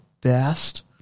best